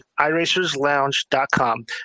iRacersLounge.com